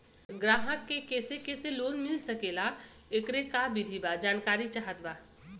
ग्राहक के कैसे कैसे लोन मिल सकेला येकर का विधि बा जानकारी चाहत बा?